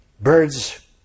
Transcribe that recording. Birds